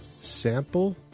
sample